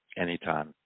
Anytime